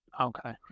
Okay